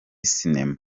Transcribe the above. sinema